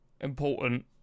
important